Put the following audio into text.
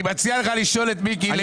אני מציע לך לשאול את מיקי לוי.